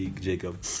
Jacob